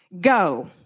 go